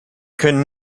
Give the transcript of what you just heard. können